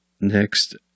next